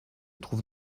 trouve